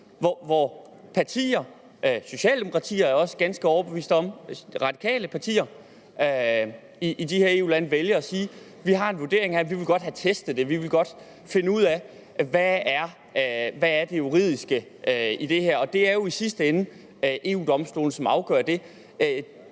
hvor partier – socialdemokratier, er jeg også ganske overbevist om, radikale partier – vælger at sige: Vi har en vurdering her, vi vil godt have testet det, vi vil godt finde ud af, hvad det juridiske i det her er. Og det er jo i sidste ende EU-Domstolen, som afgør det.